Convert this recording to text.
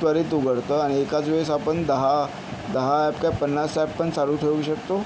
त्वरित उघडतं आणि एकाच वेळेस आपण दहा दहा ॲप काय पन्नास ॲप पण चालू ठेवू शकतो